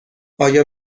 آیا